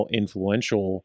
influential